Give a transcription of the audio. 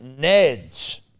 Neds